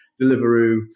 Deliveroo